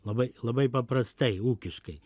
labai labai paprastai ūkiškai